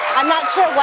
i'm not sure